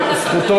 אבל זכותו,